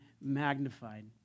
magnified